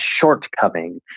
shortcoming